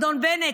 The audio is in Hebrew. אדון בנט,